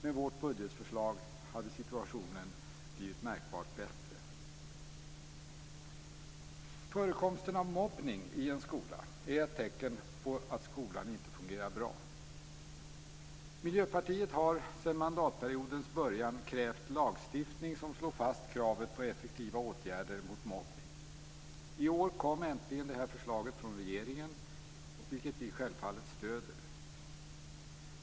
Med vårt budgetförslag hade situationen blivit märkbart bättre. Förekomsten av mobbning i en skola är ett tecken på att skolan inte fungerar bra. Miljöpartiet har sedan mandatperiodens början krävt lagstiftning i vilken kravet på effektiva åtgärder mot mobbning slås fast. I år kom äntligen detta förslag från regeringen, vilket vi självfallet stöder.